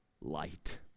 light